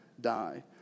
die